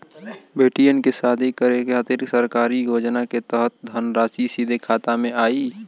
बेटियन के शादी करे के खातिर सरकारी योजना के तहत धनराशि सीधे खाता मे आई?